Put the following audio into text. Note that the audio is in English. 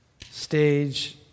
stage